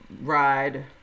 ride